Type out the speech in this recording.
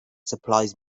supplies